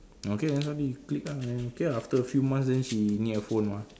okay then suddenly you click ah then okay ah after a few months then she need a phone mah